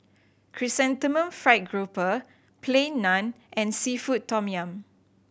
Chrysanthemum Fried Grouper Plain Naan and seafood tom yum